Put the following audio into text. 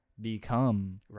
become